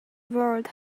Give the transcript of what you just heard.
world